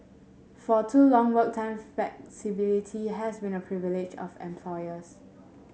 for too long work time flexibility has been a privilege of employers